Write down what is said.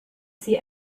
see